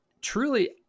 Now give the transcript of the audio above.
Truly